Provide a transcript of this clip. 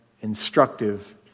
instructive